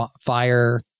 fire